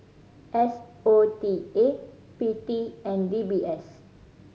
S O T A P T and D B S